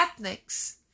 ethnics